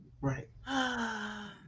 right